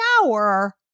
shower